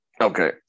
Okay